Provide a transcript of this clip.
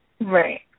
Right